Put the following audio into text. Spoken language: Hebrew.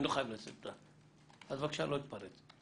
אני לא חייב, אז בבקשה לא להתפרץ.